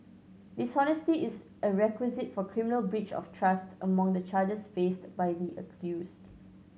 dishonesty is a requisite for criminal breach of trust among the charges faced by the accused